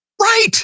right